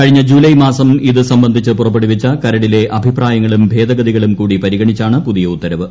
കഴിഞ്ഞ ജൂലായ് മാസ്ക് ഇത് സംബന്ധിച്ച് പുറപ്പെടുവിച്ച കരടിലെ അഭിപ്രായങ്ങളും ഭേദഗതിക്കൂടി കൂടി പരിഗണിച്ചാണ് പുതിയ ഉത്തരവ്